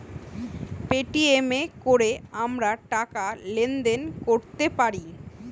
Paytm এ কোরে আমরা টাকা লেনদেন কোরতে পারি